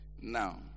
Now